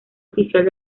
oficial